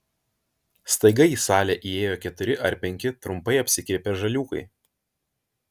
staiga į salę įėjo keturi ar penki trumpai apsikirpę žaliūkai